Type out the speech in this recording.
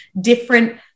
different